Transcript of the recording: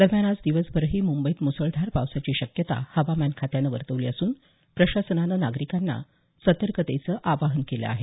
दरम्यान आज दिवसभरही मुंबईत मुसळधार पावसाची शक्यता हवामान खात्यानं वर्तवली असून प्रशासनानं नागरिकांना सर्तकतेचं आवाहन केलं आहे